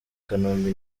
kanombe